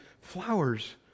flowers